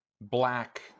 black